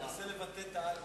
תנסה לבטא את האל"ף.